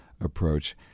approach